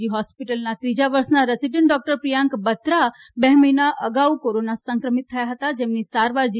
જી હોસ્પિટલમાં ત્રીજા વર્ષના રેસીડન્ટ ડોકટર પ્રિયાંક બત્રા બે મહિના અગાઉ કોરોના સંક્રમિત થયા હતા જેમની સારવાર જી